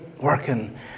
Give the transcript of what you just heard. working